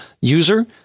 user